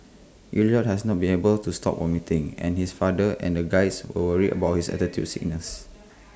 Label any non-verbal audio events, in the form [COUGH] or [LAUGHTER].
Elliot has not been able to stop vomiting and his father and the Guides [NOISE] were worried about his altitude sickness